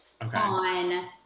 on